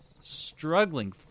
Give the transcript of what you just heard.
struggling